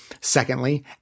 Secondly